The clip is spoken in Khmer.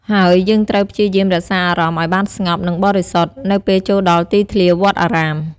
ហើយយើងត្រូវព្យាយាមរក្សាអារម្មណ៍ឲ្យបានស្ងប់ និងបរិសុទ្ធ នៅពេលចូលដល់ទីធាវត្តអារាម។